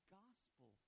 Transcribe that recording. gospel